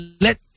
let